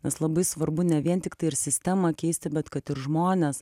nes labai svarbu ne vien tiktai ir sistemą keisti bet kad ir žmonės